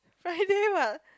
Friday what